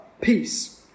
Peace